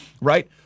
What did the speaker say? right